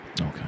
Okay